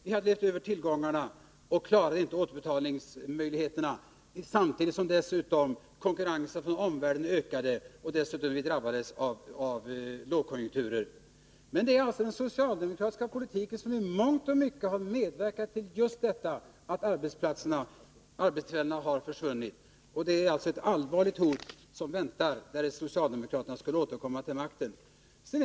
Vi hade levt över tillgångarna och klarade inte återbetalningsskyldigheterna, när samtidigt konkurrensen från omvärlden ökade och vi dessutom drabbades av lågkonjunkturer. Det är alltså den socialdemokratiska politiken som i mångt och mycket har medverkat till just detta att arbetstillfällen har försvunnit. Det är därför ett allvarligt hot som väntar, därest socialdemokraterna skulle återkomma till makten.